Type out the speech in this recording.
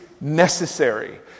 necessary